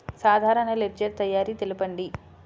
సాధారణ లెడ్జెర్ తయారి తెలుపండి?